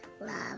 love